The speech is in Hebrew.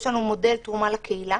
יש לנו מודל תרומה לקהילה.